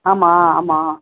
ஆமாம் ஆமாம்